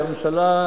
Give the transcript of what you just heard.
שהממשלה,